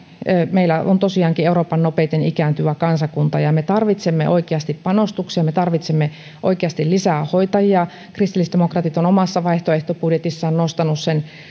meillä on tosiaankin euroopan nopeiten ikääntyvä kansakunta ja me tarvitsemme oikeasti panostuksia me tarvitsemme oikeasti lisää hoitajia kristillisdemokraatit ovat omassa vaihtoehtobudjetissaan nostaneet sen